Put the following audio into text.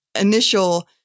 initial